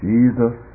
Jesus